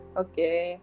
okay